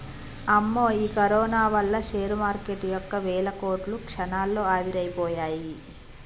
అమ్మో ఈ కరోనా వల్ల షేర్ మార్కెటు యొక్క వేల కోట్లు క్షణాల్లో ఆవిరైపోయాయి